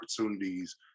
opportunities